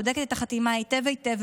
בודקת את החתימה היטב היטב,